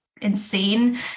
insane